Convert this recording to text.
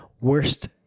worst